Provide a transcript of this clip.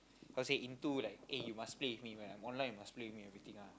how to say into like eh you must play with me like when I'm online you must play with me everything ah